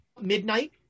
midnight